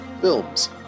Films